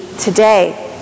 today